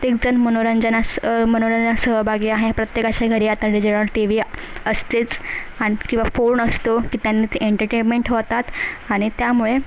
प्रत्येकजण मनोरंजनास मनोरंजनात सहभागी आहे प्रत्येकाच्या घरी आता डिजिटल टी वी असतेच आणि किंवा फोन असतो की त्यांनी ते एंटरटेनमेंट होतात आणि त्यामुळे